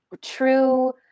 true